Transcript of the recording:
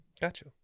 Gotcha